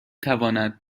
تواند